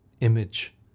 image